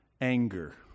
Anger